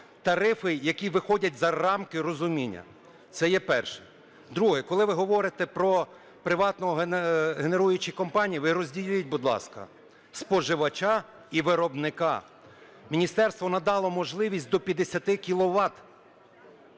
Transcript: тарифи, які виходять за рамки розуміння. Це є перше. Друге. Коли ви говорите про приватні генеруючі компанії, ви розділіть, будь ласка, споживача і виробника. Міністерство надало можливість до 50